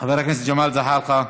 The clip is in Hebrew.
חבר הכנסת ג'מאל זחאלקה,